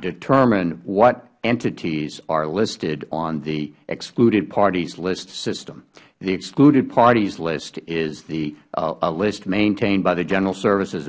determine what entities are listed on the excluded parties list system the excluded parties list is a list maintained by the general services